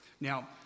Now